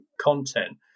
content